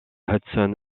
hudson